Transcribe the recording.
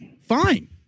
fine